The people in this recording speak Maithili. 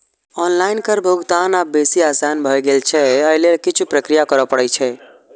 आनलाइन कर भुगतान आब बेसी आसान भए गेल छै, अय लेल किछु प्रक्रिया करय पड़ै छै